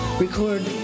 record